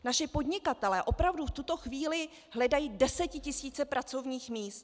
Naši podnikatelé opravdu v tuto chvíli hledají desetitisíce pracovních míst.